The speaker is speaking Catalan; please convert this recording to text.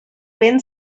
vent